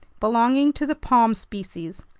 belonging to the palm species.